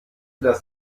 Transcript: das